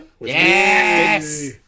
Yes